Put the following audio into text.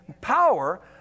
power